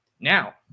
Now